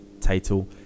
title